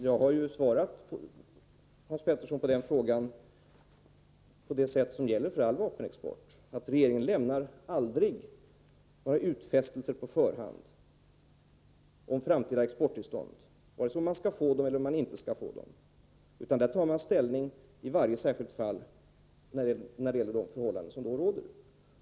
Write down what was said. Herr talman! Jag har svarat Hans Petersson i Hallstahammar på den frågan. För all vapenexport gäller att regeringen aldrig lämnar några utfästelser på förhand om framtida exporttillstånd. Vi lämnar inte besked om att man kommer att få eller inte få tillstånd. Vi tar ställning i varje särskilt fall till de förhållanden som då råder.